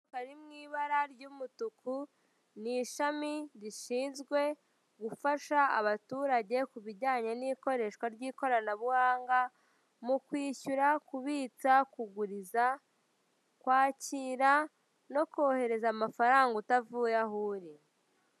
Akazu kari mu ibara ry'umutuku ni ishami rishinzwe gufasha abaturage kubijyanye n'ikoreshwa ry'ikoranabuhanga mukwishyura, kubitsa, kuguriza, kwakira no kohereza amafaranga utavuye aho uri.